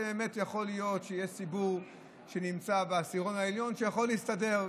באמת יכול להיות שיש ציבור שנמצא בעשירון העליון ויכול להסתדר,